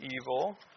evil